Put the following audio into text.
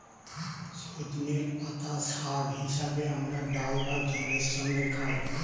সজনের পাতা শাক হিসেবে আমরা ডাল বা ঝোলের সঙ্গে খাই